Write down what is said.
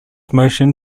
motion